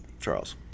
Charles